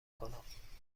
کنم